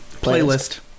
playlist